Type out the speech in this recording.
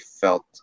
felt